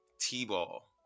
t-ball